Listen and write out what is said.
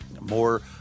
more